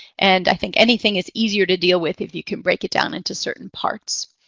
and i think anything is easier to deal with if you can break it down into certain parts.